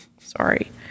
sorry